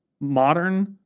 modern